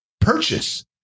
purchase